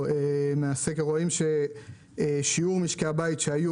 מן הסקר רואים ששיעור משקי הבית שהיו